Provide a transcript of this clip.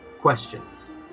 Questions